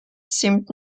seemed